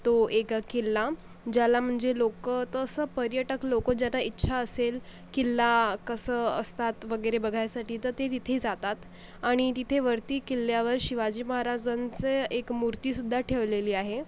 तो एक किल्ला ज्याला म्हणजे लोकं तसं पर्यटक लोकं ज्याना इच्छा असेल किल्ला कसं असतात वगैरे बघायसाठी तर ते तिथे जातात आणि तिथे वरती किल्ल्यावर शिवाजी महाराजांचं एक मूर्तीसुद्धा ठेवलेली आहे